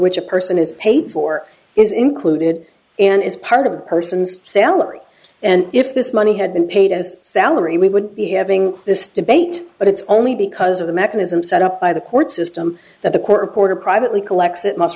which a person is paid for is included and is part of the person's salary and if this money had been paid as salary we would be having this debate but it's only because of the mechanism set up by the court system that the court reporter privately collects it must